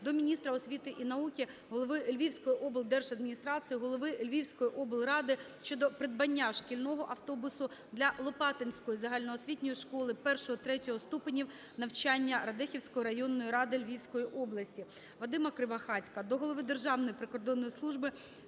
до міністра освіти і науки, голови Львівської облдержадміністрації, голови Львівської облради щодо придбання шкільного автобуса для Лопатинської загальноосвітньої школи І-ІІІ ступенів навчання Радехівської районної ради Львівської області. Вадима Кривохатька до Голови Державної прикордонної служби